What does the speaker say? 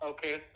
Okay